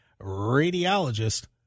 radiologist